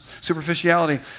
superficiality